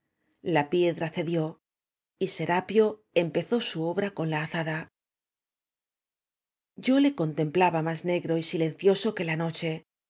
la piedra cedió y serapio empezó su obra con la azada yo le contemplaba más negro y silencioso que la d oche